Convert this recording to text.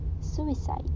suicide